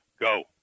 go